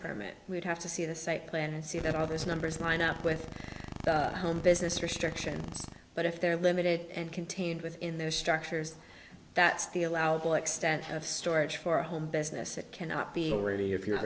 permit we'd have to see the same plan and see that all those numbers lined up with a home business restrictions but if they're limited and contained within their structures that's the allowable extent have storage for a home business it cannot be all ready if you're